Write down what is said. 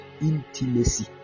intimacy